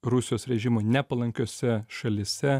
rusijos režimui nepalankiose šalyse